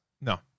No